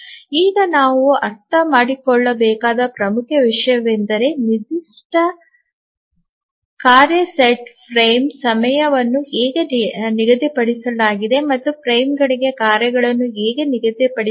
ಈಗ ನಾವು ಅರ್ಥಮಾಡಿಕೊಳ್ಳಬೇಕಾದ ಪ್ರಮುಖ ವಿಷಯವೆಂದರೆ ನಿರ್ದಿಷ್ಟ ಕಾರ್ಯ ಸೆಟ್ಗೆ ಫ್ರೇಮ್ ಸಮಯವನ್ನು ಹೇಗೆ ನಿಗದಿಪಡಿಸಲಾಗಿದೆ ಮತ್ತು ಫ್ರೇಮ್ಗಳಿಗೆ ಕಾರ್ಯಗಳನ್ನು ಹೇಗೆ ನಿಗದಿಪಡಿಸಲಾಗಿದೆ